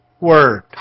word